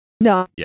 no